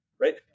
right